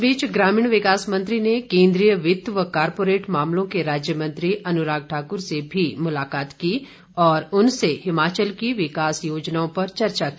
इस बीच ग्रामीण विकास मंत्री ने केन्द्रीय वित्त व कारपोरेट मामलों के राज्य मंत्री अनुराग ठाकुर से भी मुलाकात की और उनसे हिमाचल की विकास योजनाओं पर चर्चा की